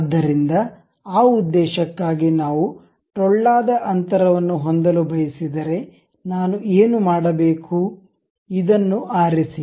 ಆದ್ದರಿಂದ ಆ ಉದ್ದೇಶಕ್ಕಾಗಿ ನಾವು ಟೊಳ್ಳಾದ ಅಂತರವನ್ನು ಹೊಂದಲು ಬಯಸಿದರೆ ನಾನು ಏನು ಮಾಡಬೇಕು ಇದನ್ನು ಆರಿಸಿ